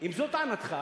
אם זאת טענתך,